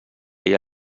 ella